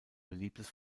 beliebtes